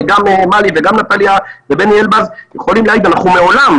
גם מלי וגם נטליה ובני אלבז יכולים להעיד שאנחנו מעולם,